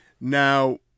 Now